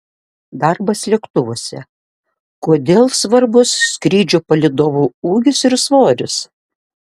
darbas lėktuvuose kodėl svarbus skrydžių palydovų ūgis ir svoris